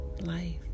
life